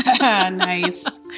nice